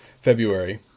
February